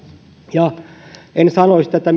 enkä sanoisi tätä